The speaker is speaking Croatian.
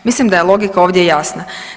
Mislim da je logika ovdje jasna.